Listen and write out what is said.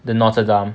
the notre dame